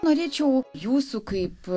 norėčiau jūsų kaip